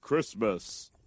Christmas